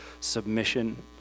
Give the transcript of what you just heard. submission